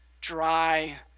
dry